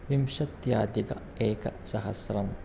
विंशत्यधिकैकसहस्रं